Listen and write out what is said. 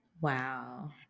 Wow